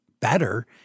better